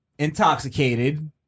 Intoxicated